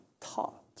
taught